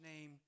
name